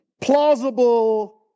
plausible